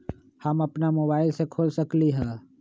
हम अपना मोबाइल से खोल सकली ह?